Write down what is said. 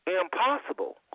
Impossible